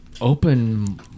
open